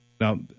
Now